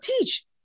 teach